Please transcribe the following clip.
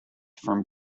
from